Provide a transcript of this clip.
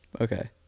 Okay